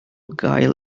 gael